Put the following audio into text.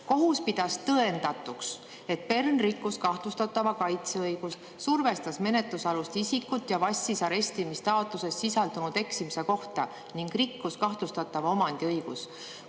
Kohus pidas tõendatuks, et Pern rikkus kahtlustatava kaitseõigust, survestas menetlusalust isikut ja vassis arestimistaotluses sisaldunud eksimise kohta ning rikkus kahtlustatava omandiõigust.